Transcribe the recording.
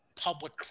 public